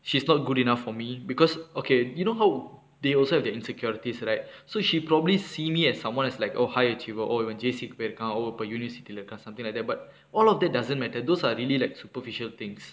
she's not good enough for me because okay you know how they also have their insecurities right so she probably see me as someone is like oh high achiever oh you when J_C கு போயிருக்கா:ku poyirukaka oh இப்ப:ippa university lah இருக்கா:irukkaa something like that but all of that doesn't matter those are really like superficial things